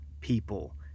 people